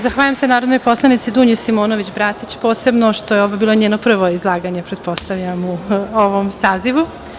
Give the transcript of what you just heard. Zahvaljujem se narodnoj poslanici Dunji Simonović Bratić, posebno što je ovo bilo njeno prvo izlaganje, pretpostavljam, u ovom sazivu.